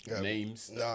names